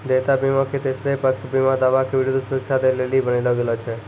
देयता बीमा के तेसरो पक्ष बीमा दावा के विरुद्ध सुरक्षा दै लेली बनैलो गेलौ छै